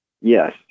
Yes